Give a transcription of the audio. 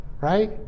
right